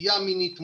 נטייה מינית,